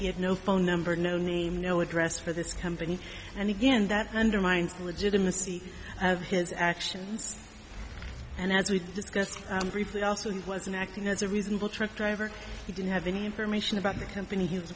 he had no phone number no name no address for this company and again that undermines the legitimacy of his actions and as we've discussed briefly also he wasn't acting as a reasonable truck driver he didn't have any information about the company he was